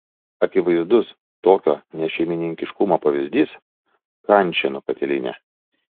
akivaizdus tokio nešeimininkiškumo pavyzdys kančėnų katilinė